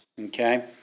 Okay